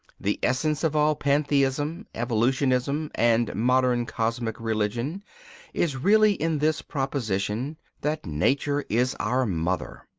the essence of all pantheism, evolutionism, and modern cosmic religion is really in this proposition that nature is our mother.